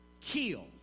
kill